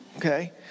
okay